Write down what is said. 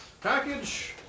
Package